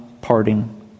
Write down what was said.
parting